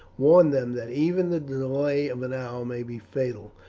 warn them that even the delay of an hour may be fatal,